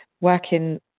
working